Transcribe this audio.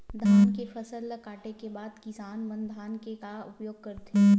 धान के फसल ला काटे के बाद किसान मन धान के का उपयोग करथे?